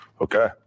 okay